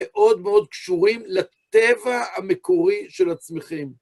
מאוד מאוד קשורים לטבע המקורי של הצמחים.